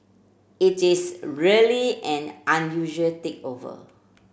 it is really an unusual takeover